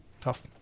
tough